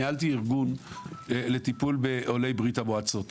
ניהלתי ארגון לטיפול בעולי ברית-המועצות,